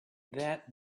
that